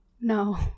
no